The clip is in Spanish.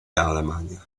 alemania